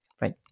right